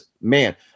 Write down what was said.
man